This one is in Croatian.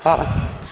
Hvala.